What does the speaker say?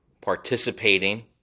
participating